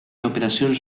operacions